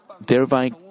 thereby